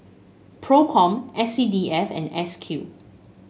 Procom S C D F and S Q